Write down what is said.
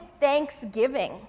thanksgiving